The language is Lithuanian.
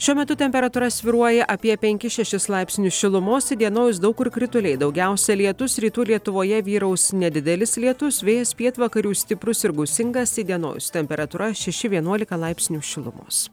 šiuo metu temperatūra svyruoja apie penkis šešis laipsnius šilumos įdienojus daug kur krituliai daugiausiai lietus rytų lietuvoje vyraus nedidelis lietus vėjas pietvakarių stiprus ir gūsingas įdienojus temperatūra šeši vienuolika laipsnių šilumos